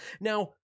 Now